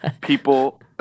People